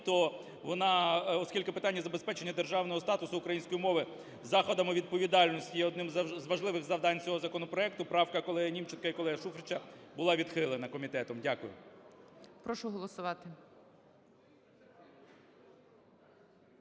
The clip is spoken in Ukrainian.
то вона, оскільки питання забезпечення державного статусу української мови заходами відповідальності є одним з важливих завдань цього законопроекту, правка колеги Німченка і колеги Шуфрича була відхилена комітетом. Дякую. ГОЛОВУЮЧИЙ. Прошу голосувати.